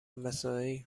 مساعی